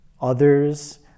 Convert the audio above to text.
others